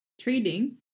Trading